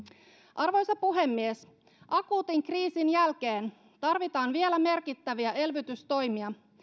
arvoisa puhemies akuutin kriisin jälkeen tarvitaan vielä merkittäviä elvytystoimia